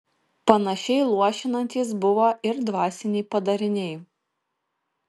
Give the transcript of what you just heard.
panašiai luošinantys buvo ir dvasiniai padariniai